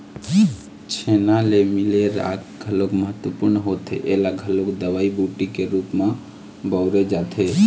छेना ले मिले राख घलोक महत्वपूर्न होथे ऐला घलोक दवई बूटी के रुप म बउरे जाथे